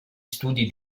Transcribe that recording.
studi